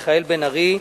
מיכאל בן-ארי,